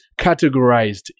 categorized